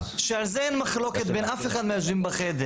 שעל זה אין מחלוקת בין אף אחד מהיושבים בחדר,